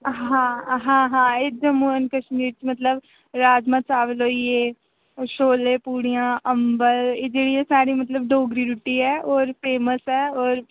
हा हां हां एह् जम्मू एंड कश्मीर च मतलब राजमां चावल होई गे छोल्ले पूड़ियां अम्बल एह् जेह्ड़ी मतलब साढ़ी डोगरी रुट्टी ऐ होर फेमस ऐ होर